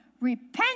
Repent